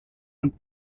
und